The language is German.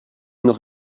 noch